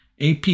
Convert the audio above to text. AP